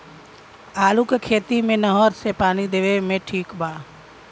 आलू के खेती मे नहर से पानी देवे मे ठीक बा?